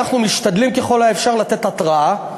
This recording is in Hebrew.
ואנחנו משתדלים ככל האפשר לתת התרעה,